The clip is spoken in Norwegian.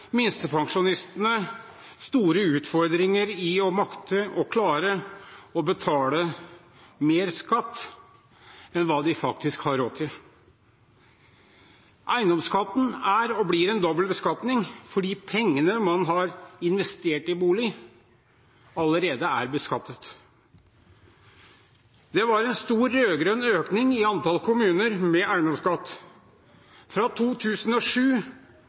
minstepensjonistene store utfordringer med å klare å betale mer i skatt enn hva de faktisk har råd til. Eiendomsskatten er og blir en dobbel beskatning, fordi pengene man har investert i bolig, allerede er beskattet. Det var en stor rød-grønn økning i antall kommuner med eiendomsskatt. Fra 2007